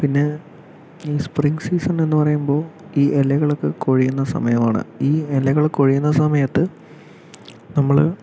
പിന്നെ ഈ spring season എന്ന് പറയുമ്പോൾ ഈ ഇലകൾ ഒക്കെ കൊഴിയുന്ന സമയമാണ് ഈ ഇലകൾ കൊഴിയുന്ന സമയത്ത് നമ്മള്